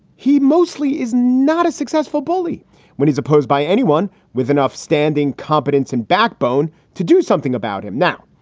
he mostly is not a successful bully when he's opposed by anyone with enough standing competence and backbone to do something about him. now,